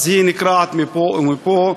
אז היא נקרעה מפה ומפה.